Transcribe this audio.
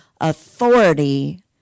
authority